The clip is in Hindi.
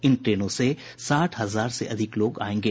इन ट्रेनों से साठ हजार से अधिक लोग आयेंगे